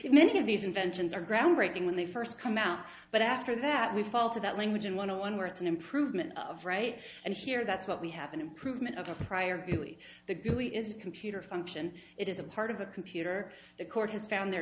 that many of these inventions are groundbreaking when they first come out but after that we fall to that language and one on one where it's an improvement of right and here that's what we have an improvement over prior the gooey is a computer function it is a part of a computer the court has found their